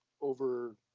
over